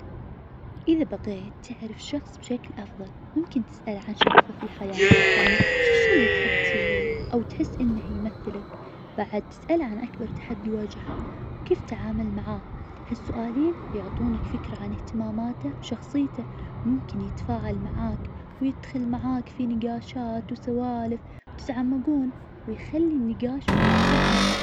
إذا بغيت تعرف شخص بشكل أفضل ممكن تسأله عن شغفه في الحياة يعني إيش الشي اللي تحب تسويه أو تحس إنه يمثلك. بعد تسأله عن أكبر تحدي واجهه وكيف تعامل معاه، ها السؤالين يعطونك فكرة عن اهتماماته وشخصيته وممكن يتفاعل معاك ويدخل معاك في نقاشات وسوالف وتتعمقون ويخلي النقاش أعمق.